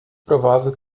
provável